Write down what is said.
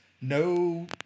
no